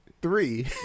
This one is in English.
Three